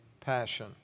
passion